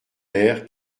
air